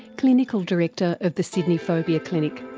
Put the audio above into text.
clinical director of the sydney phobia clinic.